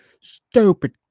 stupid